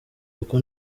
uko